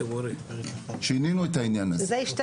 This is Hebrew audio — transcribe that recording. שינינו את העניין הזה.